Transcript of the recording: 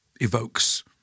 evokes